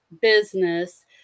business